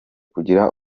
kugira